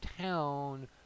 town